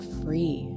free